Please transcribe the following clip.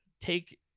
take